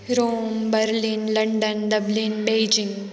Rome Berlin London dublin Beijing